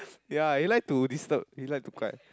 ya he like to disturb he like to cut